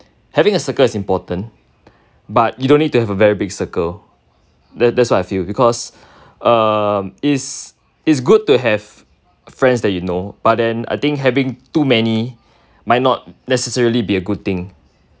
having a circle is important but you don't need to have a very big circle that's that's what I feel because uh is is good to have friends that you know but then I think having too many might not necessarily be a good thing